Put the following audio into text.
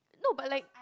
no but like